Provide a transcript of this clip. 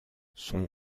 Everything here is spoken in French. son